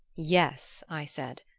yes, i said,